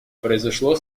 произошло